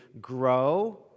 grow